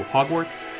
Hogwarts